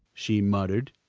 she muttered.